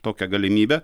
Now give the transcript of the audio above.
tokią galimybę